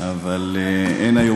אבל אין היום